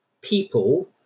people